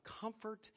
comfort